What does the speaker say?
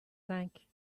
cinq